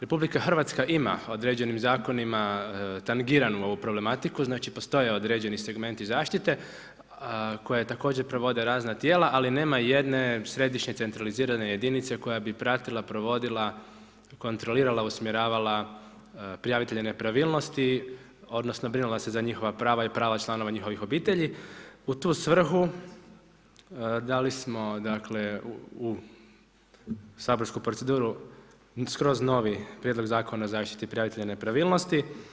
RH ima u određenim zakonima tangiranu ovu problematiku, znači postoje određeni segmenti zaštite koje također provode razna tijela, ali nema jedne središnje centralizirane jedinice koja bi pratila, provodila, kontrolirala, usmjeravala prijavitelja nepravilnosti odnosno brinula se za njihova prava i prava članova njihovih obitelji, u tu svrhu dali smo u saborsku proceduru skroz novi prijedlog Zakona o zaštiti prijavitelja nepravilnosti.